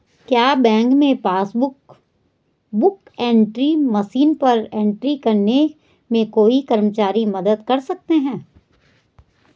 क्या बैंक में passbook book entry machine पर एंट्री करने में कोई कर्मचारी मदद कर सकते हैं?